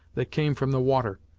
that came from the water,